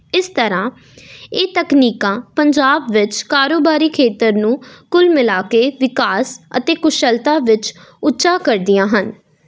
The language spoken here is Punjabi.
ਇਸ ਤਰ੍ਹਾਂ ਇਹ ਤਕਨੀਕਾਂ ਪੰਜਾਬ ਵਿੱਚ ਕਾਰੋਬਾਰੀ ਖੇਤਰ ਨੂੰ ਕੁੱਲ ਮਿਲਾ ਕੇ ਵਿਕਾਸ ਅਤੇ ਕੁਸ਼ਲਤਾ ਵਿੱਚ ਉੱਚਾ ਕਰਦੀਆਂ ਹਨ